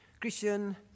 Christian